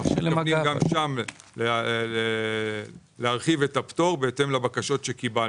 וגם שם נרחיב את הפטור בהתאם לבקשות שקיבלנו.